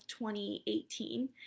2018